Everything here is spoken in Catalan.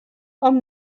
hom